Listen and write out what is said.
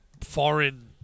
foreign